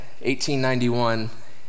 1891